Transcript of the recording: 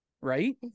Right